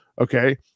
okay